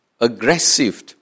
aggressive